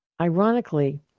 Ironically